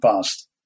past